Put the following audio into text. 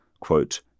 quote